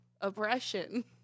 oppression